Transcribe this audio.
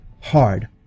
hard